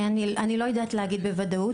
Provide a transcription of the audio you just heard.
אני לא יודעת להגיד בוודאות.